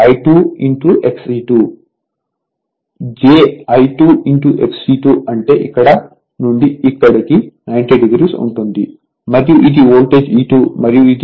j I2 XE2 అంటే ఇక్కడ నుండి ఇక్కడికి 90o ఉంటుంది మరియు ఇది వోల్టేజ్ E2 మరియు ఇది